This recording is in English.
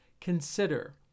Consider